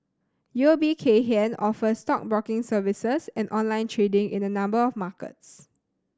U O B Kay Hian offers stockbroking services and online trading in a number of markets